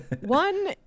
One